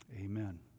Amen